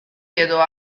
edo